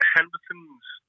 Henderson's